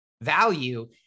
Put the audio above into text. value